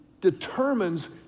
determines